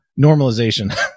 normalization